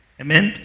Amen